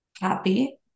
happy